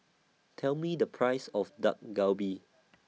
Tell Me The Price of Dak Galbi